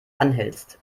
anhältst